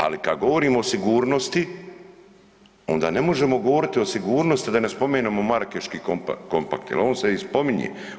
Ali kad govorimo o sigurnosti onda ne možemo govoriti o sigurnosti, a da ne spomenemo Marakeški kompakt jel on se i spominje.